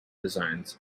designs